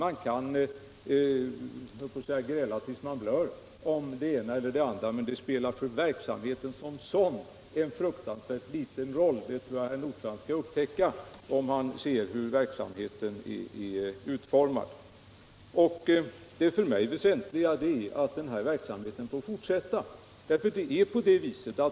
Man kan gräla tills man blöder om vilket som är bäst, det ena eller det andra, men det spelar för verksamheten som sådan en fruktansvärt liten roll vilket alternativ man väljer, det tror jag att herr Nordstrandh skall upptäcka om han tittar på hur verksamheten är utformad. Det för mig väsentliga är att denna verksamhet får fortsätta.